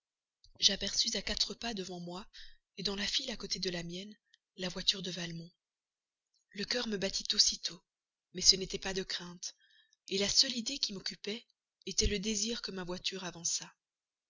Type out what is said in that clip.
j'aperçus à quatre pas devant moi dans la file à côté de la mienne la voiture de valmont le cœur me battit aussitôt mais ce n'était pas de crainte la seule idée qui m'occupait était le désir que ma voiture avançât